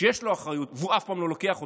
שיש לו אחריות והוא אף פעם לא לוקח אותה,